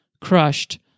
crushed